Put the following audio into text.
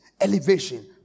elevation